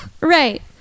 Right